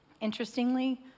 Interestingly